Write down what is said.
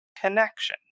connection